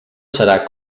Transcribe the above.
serà